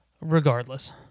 Regardless